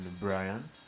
Brian